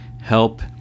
help